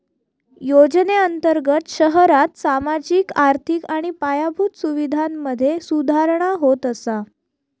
योजनेअंर्तगत शहरांत सामाजिक, आर्थिक आणि पायाभूत सुवीधांमधे सुधारणा होत असा